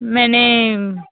ਮੈਨੇ